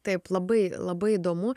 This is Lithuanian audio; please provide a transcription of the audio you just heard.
taip labai labai įdomu